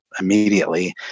immediately